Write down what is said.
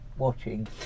watching